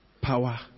power